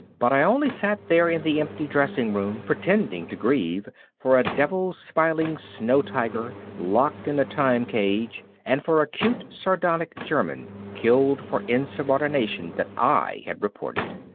but i only sat there in the empty dressing room pretending to grieve for a devil-smiling snow tiger locked in a time-cage and for a cute sardonic german killed for insubordination that i had reported.